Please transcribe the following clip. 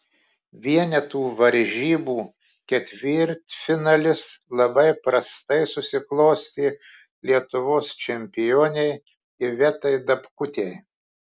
vienetų varžybų ketvirtfinalis labai prastai susiklostė lietuvos čempionei ivetai dapkutei